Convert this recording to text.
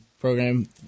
program